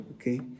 okay